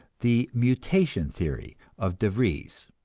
the mutation theory of de vries?